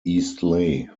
eastleigh